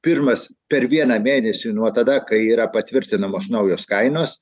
pirmas per vieną mėnesį nuo tada kai yra patvirtinamos naujos kainos